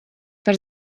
par